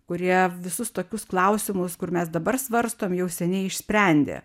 kurie visus tokius klausimus kur mes dabar svarstom jau seniai išsprendė